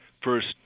first